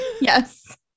Yes